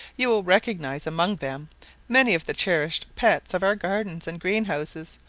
you will recognize among them many of the cherished pets of our gardens and green-houses,